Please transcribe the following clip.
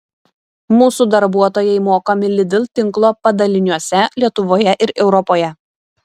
mūsų darbuotojai mokomi lidl tinklo padaliniuose lietuvoje ir europoje